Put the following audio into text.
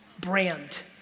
Brand